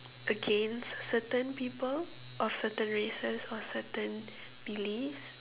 against certain people of certain races or certain beliefs